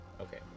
Okay